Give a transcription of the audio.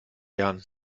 jahren